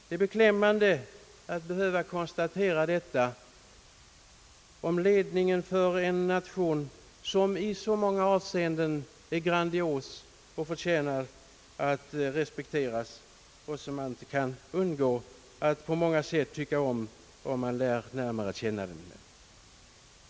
Det är beklämmande att behöva konstatera detta om ledningen för en nation, som i så många avseenden är grandios och förtjänar att respekteras och som man inte kan låta bli att på många sätt tycka om när man lär känna den närmare.